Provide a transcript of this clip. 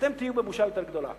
אתם תהיו בבושה יותר גדולה.